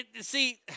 See